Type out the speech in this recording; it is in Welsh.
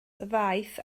ddaeth